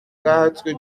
quatre